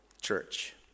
church